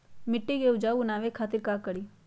मिट्टी के उपजाऊ बनावे खातिर का करी?